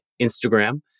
Instagram